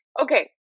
Okay